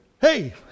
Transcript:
Hey